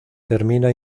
termina